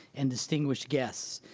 and distinguished guests,